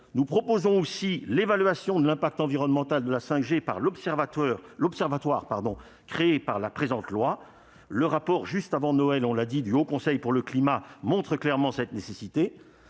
Nous proposons aussi l'évaluation de l'impact environnemental de la 5G par l'observatoire créé par la présente loi : le rapport remis juste avant Noël par le Haut Conseil pour le climat montre clairement cette nécessité.